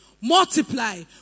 multiply